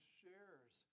shares